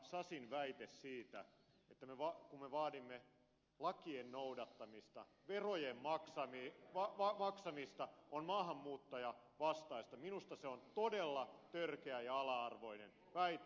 sasin väite siitä että kun me vaadimme lakien noudattamista verojen maksamista se on maahanmuuttajavastaista minusta se on todella törkeä ja ala arvoinen väite